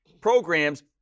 Programs